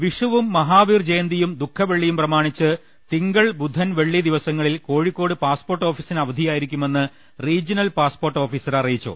വിഷുവും മഹാവീര ജയന്തിയും ദുഖവെള്ളിയും പ്രമാണിച്ച് തി ങ്കൾ ബുധൻ വെളളി ദിവസങ്ങളിൽ കോഴിക്കോട് പാസ്പോർട്ട് ഓഫിസിന് അവധിയായിരിക്കുമെന്ന് റീജ്യനൽ പാസ്പോർട്ട് ഓ ഫിസർ അറിയിച്ചു